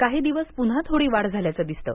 काही दिवस प्न्हा थोडी वाढ झाल्याचं दिसतं